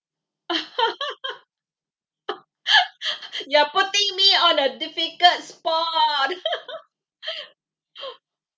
you are putting me on a difficult spot